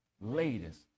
latest